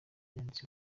yanditswe